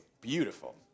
beautiful